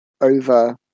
over